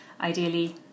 ideally